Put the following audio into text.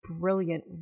brilliant